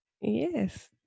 Yes